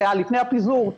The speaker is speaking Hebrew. לפני הפיזור,